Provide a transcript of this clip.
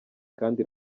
kandi